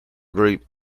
group